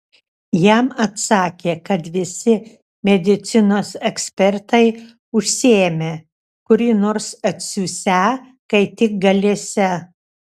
jam atsakė kad visi medicinos ekspertai užsiėmę kurį nors atsiųsią kai tik galėsią